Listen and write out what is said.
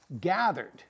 gathered